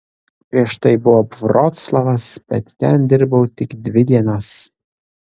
prieš tai buvo vroclavas bet ten dirbau tik dvi dienas